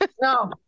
No